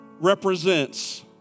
represents